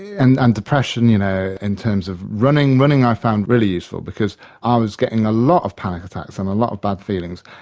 and and depression, you know, in terms of, running running i found really useful, because i was getting a lot of panic attacks and a lot of bad feelings,